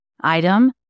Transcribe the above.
item